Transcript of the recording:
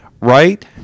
right